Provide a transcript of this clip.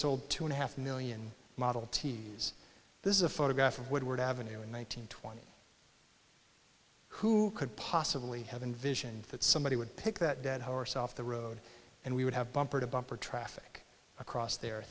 sold two and a half million model t s this is a photograph of woodward avenue in one nine hundred twenty who could possibly have envisioned that somebody would pick that dead horse off the road and we would have bumper to bumper traffic across there